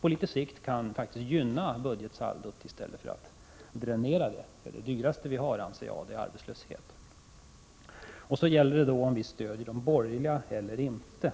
på sikt faktiskt kan gynna budgetsaldot i stället för att dränera det. Det dyraste vi har är arbetslöshet. Sedan till frågan om vi stödjer de borgerliga eller inte.